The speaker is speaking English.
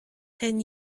ten